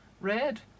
red